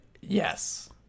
Yes